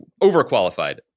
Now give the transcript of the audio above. overqualified